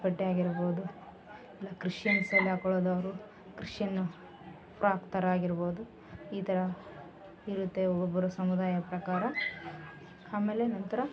ಬಟ್ಟೆಯಾಗಿರ್ಬೋದು ಇಲ್ಲ ಕ್ರಿಶ್ಯನ್ಸ್ ಅಲ್ಲಿ ಹಾಕೊಳ್ಳೋದ್ ಅವರು ಕ್ರಿಶ್ಯನ್ ಫ್ರಾಕ್ ಥರ ಆಗಿರ್ಬೋದು ಈ ಥರ ಇರುತ್ತೆ ಒಬೊಬ್ರ್ ಸಮುದಾಯ ಪ್ರಕಾರ ಆಮೇಲೆ ನಂತರ